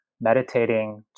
meditating